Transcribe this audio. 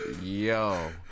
Yo